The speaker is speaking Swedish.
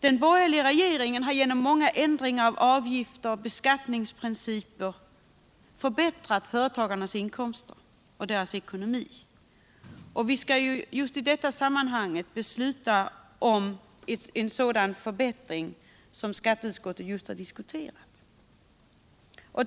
Den borgerliga regeringen har genom många ändringar av avgifter, beskattningsprinciper m.m. förbättrat företagarnas inkomster och ekonomi. Riksdagen skall också snart besluta om en sådan förbättring, som skatteutskottet just har diskuterat.